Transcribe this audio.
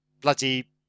bloody